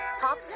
pop